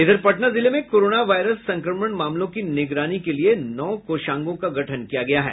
इधर पटना जिले में कोरोना वायरस संक्रमण मामलों की निगरानी के लिए नौ कोषांगों का गठन किया गया है